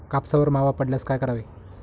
कापसावर मावा पडल्यास काय करावे?